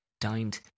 Dined